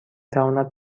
تواند